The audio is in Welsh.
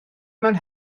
mewn